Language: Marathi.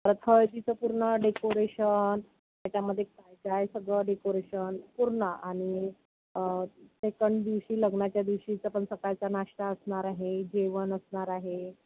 परत हळदीचं पूर्ण डेकोरेशन त्याच्यामध्ये काय काय सगळं डेकोरेशन पूर्ण आणि सेकंड दिवशी लग्नाच्या दिवशीचं पण सकाळचा नाष्टा असणार आहे जेवण असणार आहे